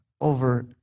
over